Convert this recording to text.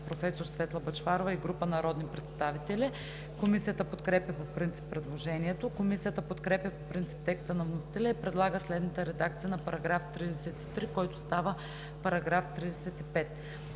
професор Светла Бъчварова и група народни представители. Комисията подкрепя по принцип предложението. Комисията подкрепя по принцип текста на вносителя и предлага следната редакция на § 33, който става § 35: „§ 35.